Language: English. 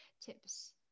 tips